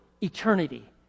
eternity